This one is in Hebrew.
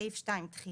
סעיף 2 תחילה,